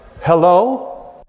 Hello